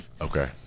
Okay